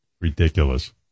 Ridiculous